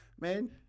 Man